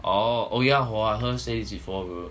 orh oh yeah hor I heard her before bro